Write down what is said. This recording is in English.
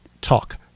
talk